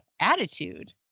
attitude